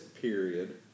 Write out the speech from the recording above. period